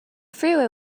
freeway